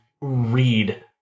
read